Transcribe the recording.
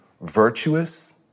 virtuous